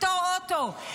בתור אוטו.